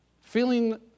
feeling